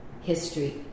history